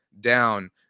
down